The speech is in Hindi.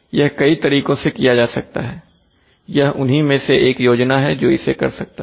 यह कई तरीकों से किया जा सकता है यह उन्हीं में से एक योजना है जो इसे कर सकता है